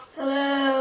Hello